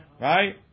right